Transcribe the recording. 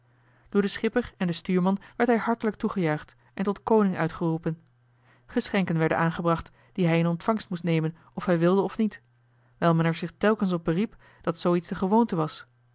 door den schipper en den stuurman werd hij hartelijk toegejuicht en tot koning uitgeroepen geschenken werden aangebracht die hij in ontvangst moest nemen of hij wilde of niet wijl men er zich telkens op beriep dat zoo iets de gewoonte was